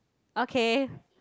okay